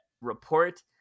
report